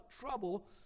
trouble